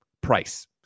price